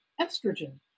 estrogen